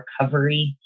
recovery